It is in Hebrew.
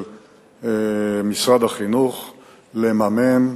של משרד החינוך לממן,